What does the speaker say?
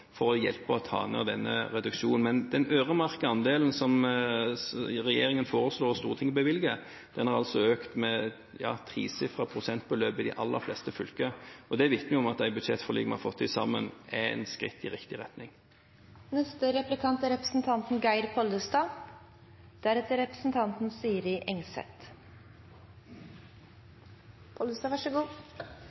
for å hjelpe med å ta denne reduksjonen. Men den øremerkede andelen som regjeringen foreslo og Stortinget bevilget, har økt med et tresifret prosentbeløp i de aller fleste fylker. Det vitner om at de budsjettforlikene vi har fått til sammen, er et skritt i riktig retning.